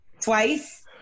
twice